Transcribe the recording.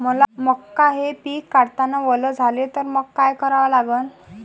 मका हे पिक काढतांना वल झाले तर मंग काय करावं लागन?